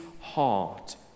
heart